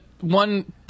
one